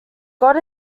god